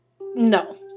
No